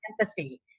empathy